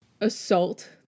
assault